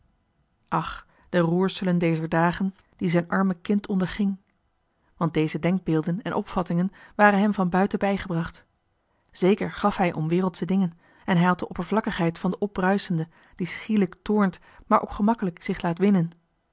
ach de roerselen dezer dagen die zijn arme kind onderging want deze denkbeelden en opvattingen waren hem van buiten bijgebracht zeker gaf hij om wereldsche dingen en hij had de oppervlakkigheid van den opbruisende die schielijk toornt maar ook gemakkelijk zich laat winnen